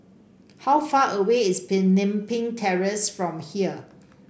how far away is Pemimpin Terrace from here